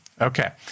Okay